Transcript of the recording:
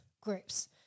groups